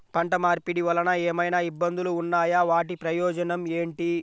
పంట మార్పిడి వలన ఏమయినా ఇబ్బందులు ఉన్నాయా వాటి ప్రయోజనం ఏంటి?